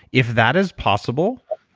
if that is possible,